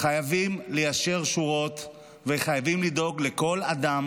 חייבים ליישר שורות וחייבים לדאוג שכל אדם